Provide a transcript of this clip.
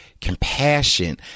compassion